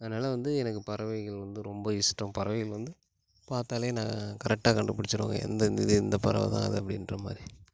அதனால் வந்து எனக்கு பறவைகள் வந்து ரொம்ப இஷ்டம் பறவைகள் வந்து பார்த்தாலே நான் கரெக்ட்டா கண்டுபிடிச்சிடுவேன் எந்த இந்த இது இந்த பறவை தான் அது அப்படின்ற மாதிரி